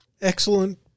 excellent